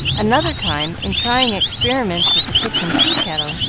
another time, in trying experiments with the kitchen tea-kettle,